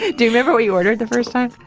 do you remember what you ordered the first time?